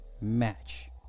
match